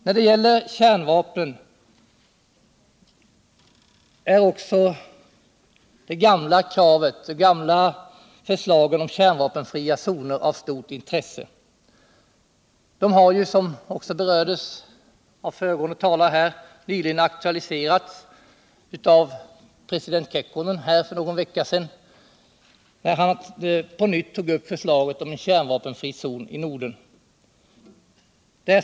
När det gäller kärnvapnen är också de gamla förslagen om kärnvapenfria zoner av Stort intresse. De har ju. som också berördes av föregående talare, nyligen aktualiserats av president Kekkonen för några dagar sedan. när han på nytt tog upp förslaget om en kärnvapenfri zon i Norden. Det är.